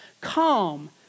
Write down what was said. calm